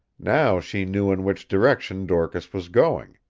now she knew in which direction dorcas was going.